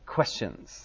Questions